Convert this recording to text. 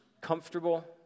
comfortable